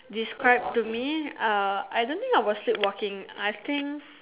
describe to me uh I don't think I was sleepwalking I think